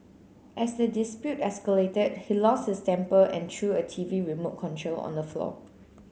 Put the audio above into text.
as the dispute escalated he lost his temper and threw a T V remote control on the floor